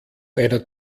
einer